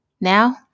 Now